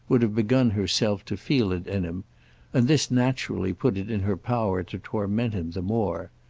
would have begun herself to feel it in him and this naturally put it in her power to torment him the more.